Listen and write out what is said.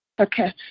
Okay